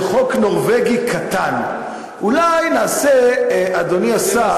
לפה, ונראה לי שיש לי עוד חצי שעה.